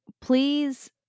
please